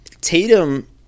Tatum